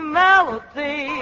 melody